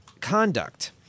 conduct